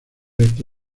esta